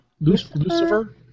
Lucifer